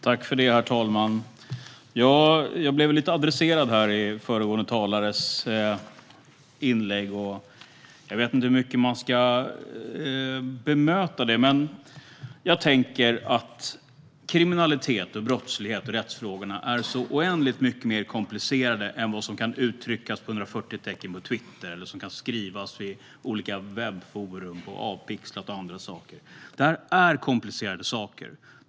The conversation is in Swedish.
Herr talman! Jag blev adresserad i den föregående talarens inlägg. Jag vet inte hur mycket jag ska bemöta det, men jag tänker att kriminalitet, brottslighet och rättsfrågor är oändligt mycket mer komplicerade än vad som kan uttryckas med 140 tecken på Twitter eller skrivas i olika webbforum, såsom Avpixlat och andra. Detta är komplicerade saker.